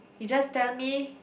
he just tell me